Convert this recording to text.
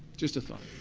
just a thought.